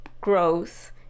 growth